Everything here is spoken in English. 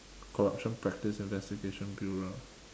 corruption practice investigation bureau